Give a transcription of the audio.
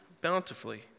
bountifully